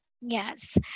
yes